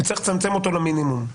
וצריך לצמצם אותו למינימום.